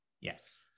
Yes